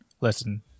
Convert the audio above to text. Listen